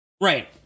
Right